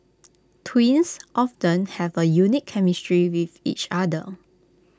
twins often have A unique chemistry with each other